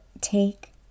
take